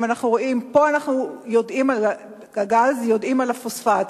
פה אנחנו יודעים על הגז, יודעים על הפוספט.